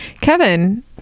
Kevin